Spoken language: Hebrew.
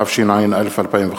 התשע"א 2011,